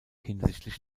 hinsichtlich